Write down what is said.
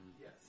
Yes